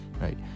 Right